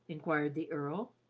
inquired the earl.